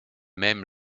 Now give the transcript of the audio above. mêmes